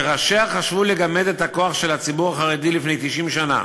שראשיה חשבו לגמד את הכוח של הציבור החרדי לפני 90 שנה